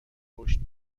رشد